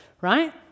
right